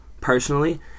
personally